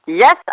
Yes